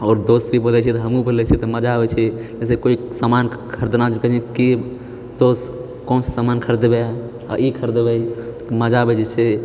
आओर दोस्त भी बोलय छै तऽ हमहु बोलय छिए तऽ मजा आबैछे जैसेकोइ सामान खरीदना छै के तऽ कौन सा सामान खरीदबे आ ई खरीदबे मजा आबैछे से